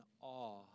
awe